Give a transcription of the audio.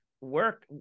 Work